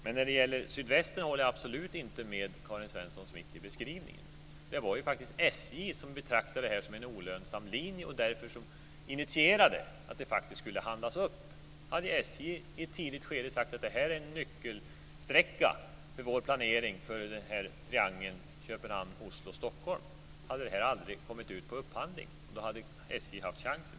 Men när det gäller Sydvästen håller jag absolut inte med Karin Svensson Smith om beskrivningen. Det var ju faktiskt SJ som betraktade detta som en olönsam linje och därför initierade att den faktiskt skulle handlas upp. Om SJ i ett tidigt skede hade sagt att detta var en nyckelsträcka för SJ:s planering för denna triangel Köpenhamn-Oslo-Stockholm så hade detta aldrig kommit ut för upphandling, och då hade SJ haft chansen.